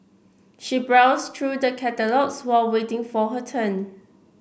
she browsed through the catalogues while waiting for her turn